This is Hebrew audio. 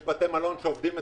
יש גם בתי מלון שעובדים מצוין,